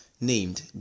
named